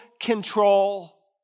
control